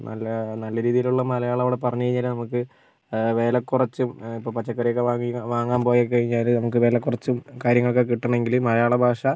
നല്ല നല്ല രീതിയിലുള്ള മലയാളം അവിടെ പറഞ്ഞു കഴിഞ്ഞാൽ നമുക്ക് വിലക്കുറച്ച് ഇപ്പോൾ പച്ചക്കറിയൊക്കെ വാങ്ങാൻ പോയി കഴിഞ്ഞാൽ വിലക്കുറച്ച് കാര്യങ്ങളൊക്കെ കിട്ടണമെങ്കിലൽ മലയാള ഭാഷ